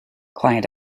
client